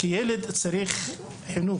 כי ילד צריך חינוך,